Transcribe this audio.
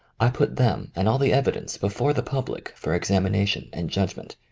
i put them and all the evidence before the public for examination and judgment.